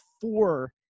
four